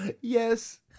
Yes